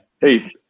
Hey